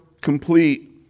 complete